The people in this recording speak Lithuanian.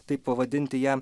taip pavadinti ją